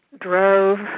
drove